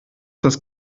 das